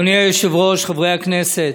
אדוני היושב-ראש, חברי הכנסת,